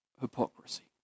hypocrisy